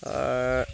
sir